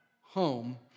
home